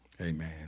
Amen